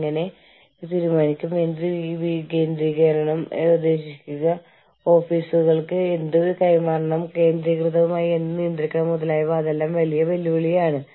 കൂടാതെ ജീവനക്കാരുടെ പ്രതിനിധികളുടെ കരാർ ആവശ്യമാണ്